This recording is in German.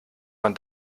man